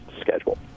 schedule